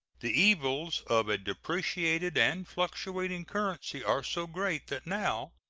the evils of a depreciated and fluctuating currency are so great that now,